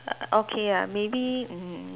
err okay lah maybe mm